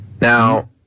Now